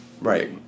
Right